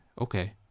okay